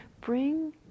bring